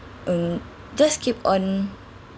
mm just keep on